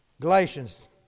Galatians